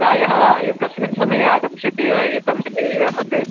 प्रायः कस्मिन् समये आगमिष्यति एतं एरियामध्ये